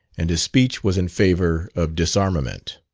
and his speech was in favour of disarmament.